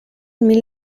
mil